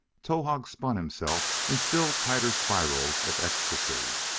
towahg spun himself in still tighter spirals of ecstasy.